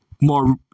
more